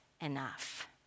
enough